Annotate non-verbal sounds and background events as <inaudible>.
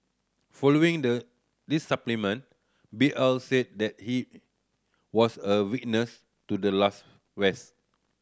following the this <unintelligible> B L said that he was a witness to the last west